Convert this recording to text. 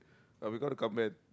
but we gotta comment